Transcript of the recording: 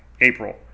April